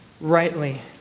rightly